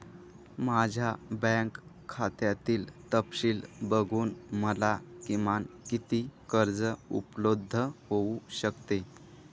माझ्या बँक खात्यातील तपशील बघून मला किमान किती कर्ज उपलब्ध होऊ शकते?